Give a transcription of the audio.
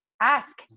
ask